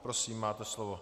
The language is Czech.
Prosím, máte slovo.